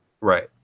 right